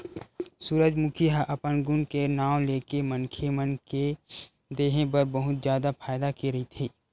सूरजमूखी ह अपन गुन के नांव लेके मनखे मन के देहे बर बहुत जादा फायदा के रहिथे